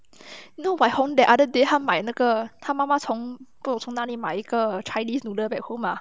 you know daham the other day 他买那个他妈妈从不懂从哪里买一个 chinese noodle back home ah